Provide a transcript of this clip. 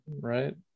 right